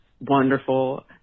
wonderful